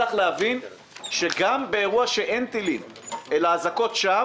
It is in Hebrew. צריך להבין שגם באירוע שאין טילים אלא אזעקות שווא